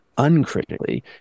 uncritically